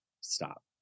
stop